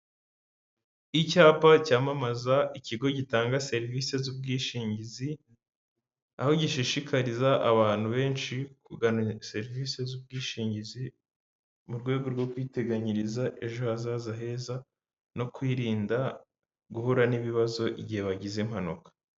Icyapa cyamamaza ikigo gitanga serivisi z'ubwishingizi, aho gishishikariza abantu benshi kugana serivisi z'ubwishingizi mu rwego rwo kwiteganyiriza ejo hazaza heza no kwirinda guhura n'ibibazo igihe bagize impanuka.